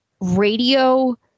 radio